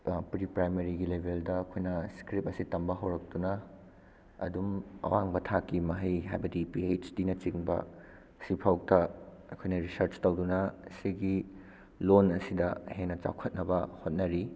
pre ꯄ꯭ꯔꯥꯏꯃꯥꯔꯤꯒꯤ ꯂꯦꯕꯦꯜꯗ ꯑꯩꯈꯣꯏꯅ ꯏꯁꯀ꯭ꯔꯤꯞ ꯑꯁꯤ ꯇꯝꯕ ꯍꯧꯔꯛꯇꯨꯅ ꯑꯗꯨꯝ ꯑꯋꯥꯡꯕ ꯊꯥꯛꯀꯤ ꯃꯍꯩ ꯍꯥꯏꯕꯗꯤ ꯄꯤ ꯑꯩꯆ ꯗꯤꯅꯆꯤꯡꯕ ꯁꯤꯐꯥꯎꯗ ꯑꯩꯈꯣꯏꯅ ꯔꯤꯁꯥꯔꯆ ꯇꯧꯗꯨꯅ ꯁꯤꯒꯤ ꯂꯣꯟ ꯑꯁꯤꯗ ꯍꯦꯟꯅ ꯆꯥꯎꯈꯠꯅꯕ ꯍꯣꯠꯅꯔꯤ